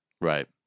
Right